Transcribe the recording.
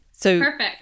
Perfect